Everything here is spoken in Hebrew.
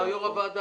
אתה יו"ר הוועדה,